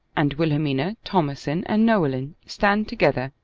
and wilhelmina, thomasin, and noeline stand together,